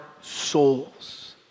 souls